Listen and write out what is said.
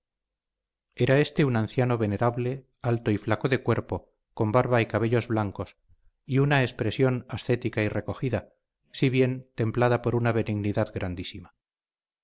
era este un anciano venerable alto y flaco de cuerpo con barba y cabellos blancos y una expresión ascética y recogida si bien templada por una benignidad grandísima